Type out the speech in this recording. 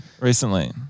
recently